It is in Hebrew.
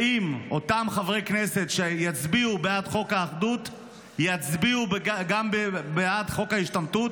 האם אותם חברי כנסת שיצביעו בעד חוק האחדות יצביעו גם בעד חוק ההשתמטות?